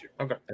Okay